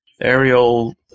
aerial